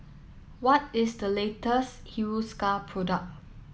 what is the latest Hiruscar product